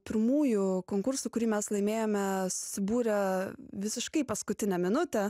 pirmųjų konkursų kurį mes laimėjome susibūrę visiškai paskutinę minutę